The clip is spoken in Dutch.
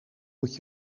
moet